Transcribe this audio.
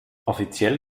offiziell